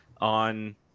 on